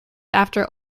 after